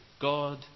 God